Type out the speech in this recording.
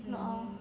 no